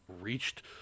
reached